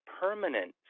permanent